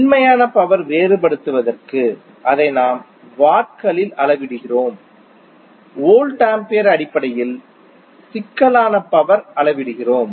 உண்மையான பவர் வேறுபடுத்துவதற்கு அதை நாம் வாட்களில் அளவிடுகிறோம் வோல்ட் ஆம்பியர் அடிப்படையில் சிக்கலான பவர் அளவிடுகிறோம்